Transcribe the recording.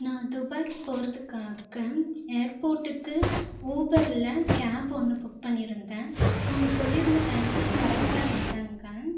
நான் துபாய்க்கு போகிறதுக்காக ஏர்ப்போட்டுக்கு ஊபரில் கேப் ஒன்று புக் பண்ணியிருந்தேன் அவங்க சொல்லியிருந்த டைம்க்கு கரெக்டாக வந்தாங்க